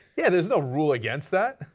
yeah, there's no ruling against that.